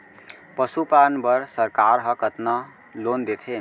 पशुपालन बर सरकार ह कतना लोन देथे?